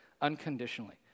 unconditionally